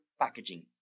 packaging